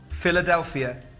Philadelphia